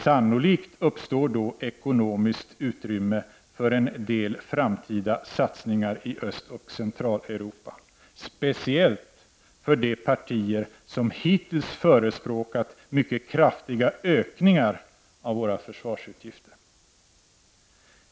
Sannolikt uppstår då ekonomiskt utrymme för en del framtida satsningar i Östoch Centraleuropa — speciellt för de partier som hittills förespråkat mycket kraftiga ökningar av våra försvarsutgifter.